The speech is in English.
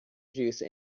juice